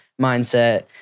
mindset